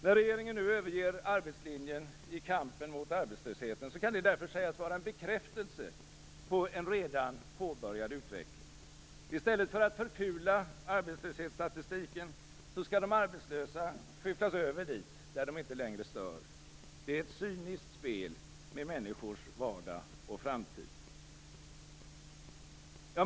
När regeringen nu överger arbetslinjen i kampen mot arbetslösheten, kan det därför sägas vara en bekräftelse på en redan påbörjad utveckling. I stället för att förfula arbetslöshetsstatistiken skall de arbetslösa skyfflas över dit där de inte längre stör. Det är ett cyniskt spel med människors vardag och framtid.